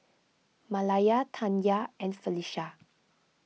Malaya Tanya and Felisha